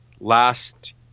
last